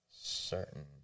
certain